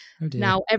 now